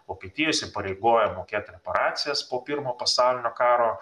vokietija įsipareigoja mokėt reparacijas po pirmo pasaulinio karo